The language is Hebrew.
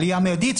עלייה מידיית.